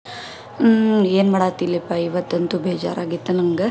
ಏನು ಮಾಡಾತ್ತಿಲೆಪ್ಪ ಇವತ್ತಂತೂ ಬೇಜಾರು ಆಗೈತ ನಂಗೆ